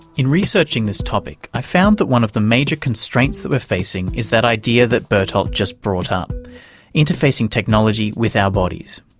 in researching this topic, i found that one of the major constraints that we're facing is that idea that bertolt just brought up interfacing technology with our bodies.